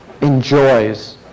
enjoys